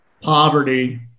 poverty